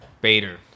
Bader